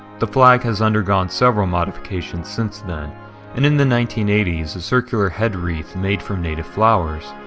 the flag has undergone several modifications since then and in the nineteen eighty s a circular headweath made from native flowers,